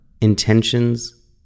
intentions